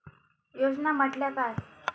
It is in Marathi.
योजना म्हटल्या काय?